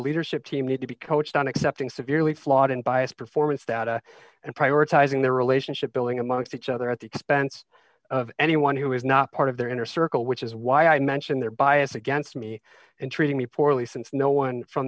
leadership team need to be coached on accepting severely flawed and biased performance data and prioritizing their relationship building amongst each other at the expense of anyone who is not part of their inner circle which is why i mention their bias against me and treating me poorly since no one from